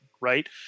right